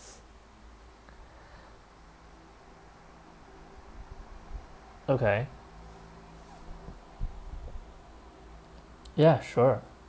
okay ya sure